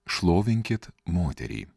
šlovinkit moterį